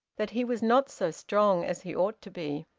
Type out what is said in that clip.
that he was not so strong as he ought to be